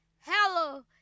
Hello